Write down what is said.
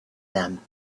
them